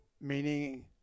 meaning